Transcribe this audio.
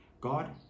God